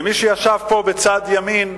מי שישב פה בצד ימין,